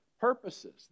purposes